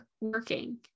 working